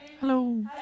Hello